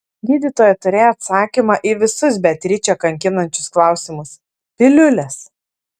gydytoja turėjo atsakymą į visus beatričę kankinančius klausimus piliulės